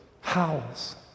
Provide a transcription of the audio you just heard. howls